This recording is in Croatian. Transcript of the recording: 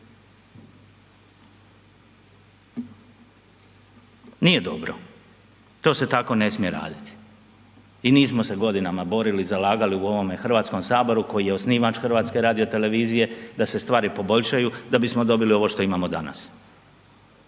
Nije dobro, to se tako ne smije raditi i nismo se godinama borili i zalagali u ovom HS koje je osnivač HRT-a da se stvari poboljšaju da bismo dobili ovo što imamo danas.